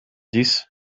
dies